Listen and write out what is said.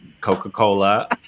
Coca-Cola